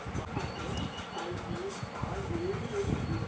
ఈ సేవలు అర్.బీ.ఐ పరిధికి లోబడి పని చేస్తాయా?